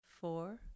four